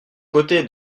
côté